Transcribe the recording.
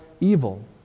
evil